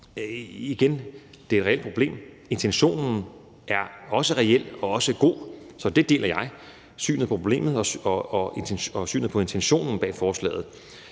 Igen er det et reelt problem, og intentionen er også reel og også god, så jeg deler synet på problemet og synet på intentionen bag forslaget.